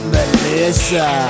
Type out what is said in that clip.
Melissa